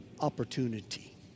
Opportunity